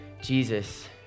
Jesus